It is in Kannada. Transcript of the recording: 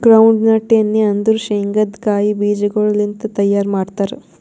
ಗ್ರೌಂಡ್ ನಟ್ ಎಣ್ಣಿ ಅಂದುರ್ ಶೇಂಗದ್ ಕಾಯಿ ಬೀಜಗೊಳ್ ಲಿಂತ್ ತೈಯಾರ್ ಮಾಡ್ತಾರ್